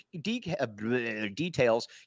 details